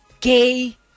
Gay